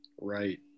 Right